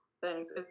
Thanks